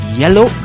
yellow